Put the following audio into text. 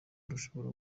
bushobora